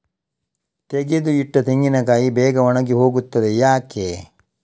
ತೆಗೆದು ಇಟ್ಟ ತೆಂಗಿನಕಾಯಿ ಬೇಗ ಒಣಗಿ ಹೋಗುತ್ತದೆ ಯಾಕೆ?